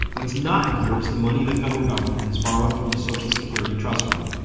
what's not in here is the money the federal government has borrowed from the social security trust fund,